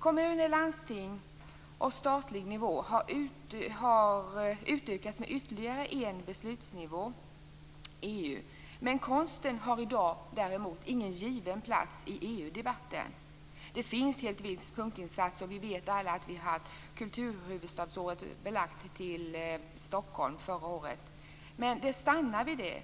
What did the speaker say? Kommuner, landsting och statlig nivå har utökats med ytterligare en beslutsnivå, EU. Konsten har i dag ingen given plats i EU-debatten. Det finns helt visst punktinsatser. Vi vet alla att kulturhuvudstadsåret var förlagt till Stockholm förra året. Men det stannar vid det.